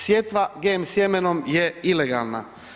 Sjetva GM sjemenom je ilegalna.